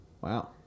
Wow